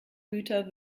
güter